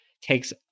takes